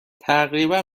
تقریبا